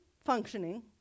functioning